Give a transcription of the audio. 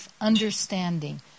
understanding